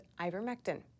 ivermectin